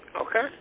Okay